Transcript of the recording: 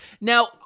Now